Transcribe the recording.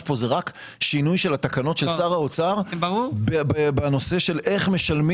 פה זה רק שינוי של התקנות של שר האוצר בנושא של איך משלמים,